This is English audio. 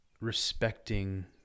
respecting